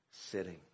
sitting